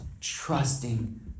trusting